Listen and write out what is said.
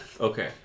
Okay